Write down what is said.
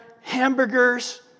hamburgers